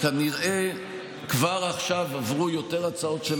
אני מעריך שכנראה כבר עכשיו עברו יותר הצעות של